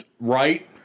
Right